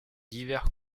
divers